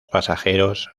pasajeros